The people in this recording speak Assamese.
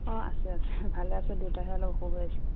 অঁ আছে আছে ভালে আছে দেউতাৰহে অলপ অসুখ হৈ আছে